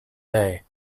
day